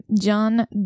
John